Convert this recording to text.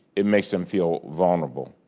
it makes them feel vulnerable.